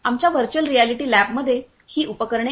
आमच्या virtual reality लॅबमध्ये ही उपकरणे आहेत